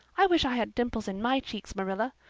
i wish i had dimples in my cheeks, marilla.